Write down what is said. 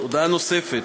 הודעה נוספת,